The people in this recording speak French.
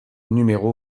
numéro